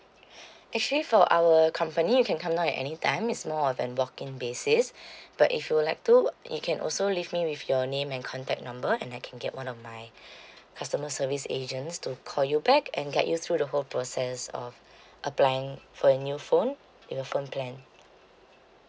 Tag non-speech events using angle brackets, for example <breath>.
<breath> actually for our company you can come down at any time it's more of an walk in basis <breath> but if you would like to you can also leave me with your name and contact number and I can get one of my <breath> customer service agents to call you back and guide you through the whole process of <breath> applying for your new phone your phone plan